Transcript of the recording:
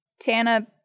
Tana